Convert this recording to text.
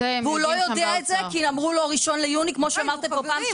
והוא לא יודע את זה כי אמרו לו 1 ביוני כמו שאמרתם פה פעם שעברה?